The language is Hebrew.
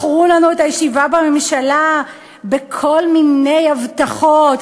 מכרו לנו את הישיבה בממשלה בכל מיני הבטחות.